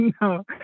no